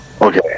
Okay